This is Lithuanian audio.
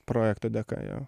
projekto dėka jo